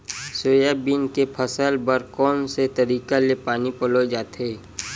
Soybean के फसल बर कोन से तरीका ले पानी पलोय जाथे?